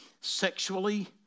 sexually